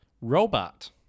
Robot